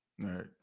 right